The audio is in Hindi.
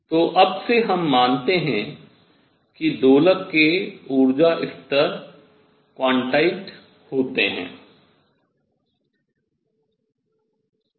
तो अब से हम मानते हैं कि एक दोलक के ऊर्जा स्तर क्वांटीकृत होते है